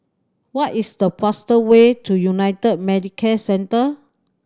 what is the fastest way to United Medicare Centre